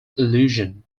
illusion